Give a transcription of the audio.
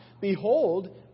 Behold